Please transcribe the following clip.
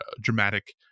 dramatic